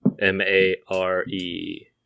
M-A-R-E